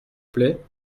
plait